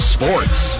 Sports